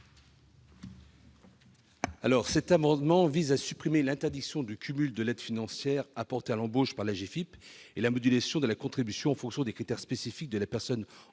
Cet amendement vise à supprimer l'interdiction de cumuler l'aide financière apportée à l'embauche par l'AGEFIPH et la modulation de la contribution en fonction de critères spécifiques de la personne